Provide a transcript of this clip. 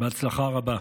בהצלחה רבה.